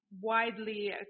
widely